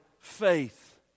faith